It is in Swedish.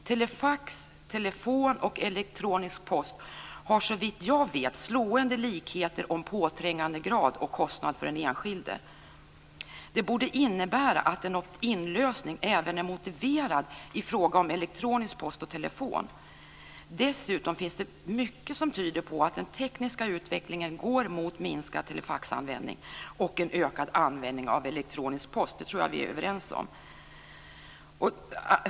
Telefax, telefon och elektronisk post har såvitt jag vet slående likheter när det gäller påträngandegrad och kostnad för den enskilde. Det borde innebära att en opt in-lösning även är motiverad i fråga om elektronisk post och telefon. Dessutom finns det mycket som tyder på att den tekniska utvecklingen går mot minskad telefaxanvändning och en ökad användning av elektronisk post. Det tror jag att vi är överens om.